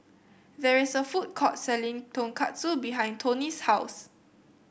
there is a food court selling Tonkatsu behind Tony's house